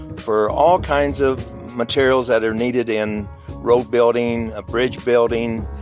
for all kinds of materials that are needed in road building, bridge building.